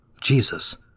Jesus